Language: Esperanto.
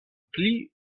pli